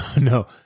no